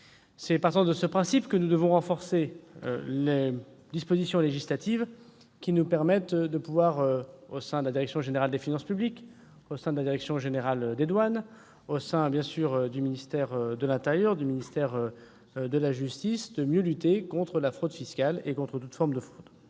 Partant de ce principe, nous devons renforcer les dispositions législatives qui nous permettent, au sein de la direction générale des finances publiques, de la direction générale des douanes, du ministère de l'intérieur et du ministère de la justice, de mieux lutter contre la fraude fiscale et contre toute forme de fraude.